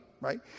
right